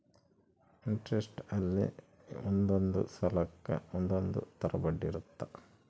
interest ಅಲ್ಲಿ ಒಂದೊಂದ್ ಸಾಲಕ್ಕ ಒಂದೊಂದ್ ತರ ಬಡ್ಡಿ ಇರುತ್ತ